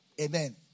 Amen